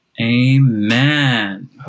Amen